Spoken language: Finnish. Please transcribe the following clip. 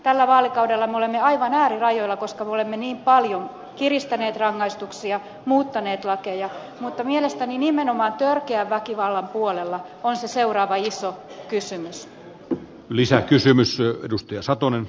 tällä vaalikaudella me olemme aivan äärirajoilla koska me olemme niin paljon kiristäneet rangaistuksia muuttaneet lakeja mutta mielestäni nimenomaan törkeän väkivallan puolella on se seuraava iso kysymys